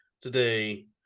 today